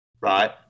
right